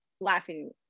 laughing